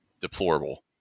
deplorable